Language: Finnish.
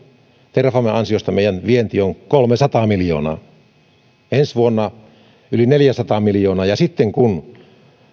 terrafamen ansiosta meidän vientimme on kolmesataa miljoonaa ensi vuonna se on yli neljäsataa miljoonaa ja sitten kun